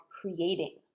creating